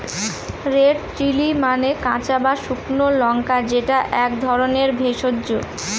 red chilli মানে কাঁচা বা শুকনো লঙ্কা যেটা এক ধরনের ভেষজ